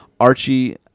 Archie